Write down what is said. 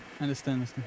understand